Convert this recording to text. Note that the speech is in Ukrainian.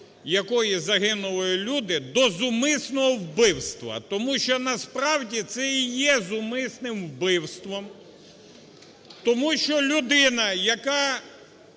якої загинули люди, до зумисного вбивства, тому що, насправді, це і є зумисним вбивством, тому що людина, яка